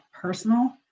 personal